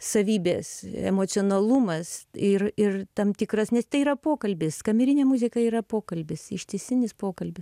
savybės emocionalumas ir ir tam tikras nes tai yra pokalbis kamerinė muzika yra pokalbis ištisinis pokalbis